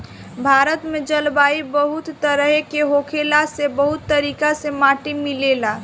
भारत में जलवायु बहुत तरेह के होखला से बहुत तरीका के माटी मिलेला